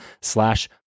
slash